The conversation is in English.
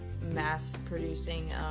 mass-producing